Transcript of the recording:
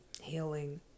healing